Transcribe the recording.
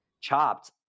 Chopped